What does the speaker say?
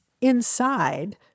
inside